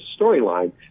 storyline